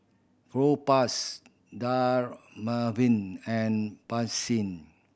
Propass Dermaveen and Pansy